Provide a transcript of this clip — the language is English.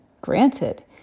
Granted